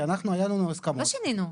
כי אנחנו היו לנו הסכמות -- לא שינינו,